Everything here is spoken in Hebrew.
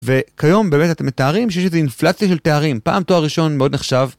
וכיום באמת אתם מתארים שיש איזה אינפלציה של תארים, פעם תואר ראשון מאוד נחשב.